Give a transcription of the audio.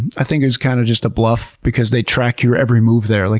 i think it was kind of just a bluff because they track your every move there. like